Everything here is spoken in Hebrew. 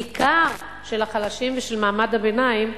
בעיקר של החלשים ושל מעמד הביניים,